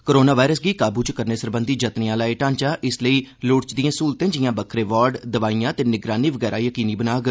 corona virus गी काबू च करने सरबंधी जतनें आह्ला एह् ढांचा इस लेई लोड़चदिए स्हूलतें जिआं बक्खरे वार्ड दवाईयां ते निगरानी वगैरा यकीनी बनाग